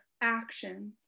actions